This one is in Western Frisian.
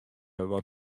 wat